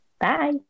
Bye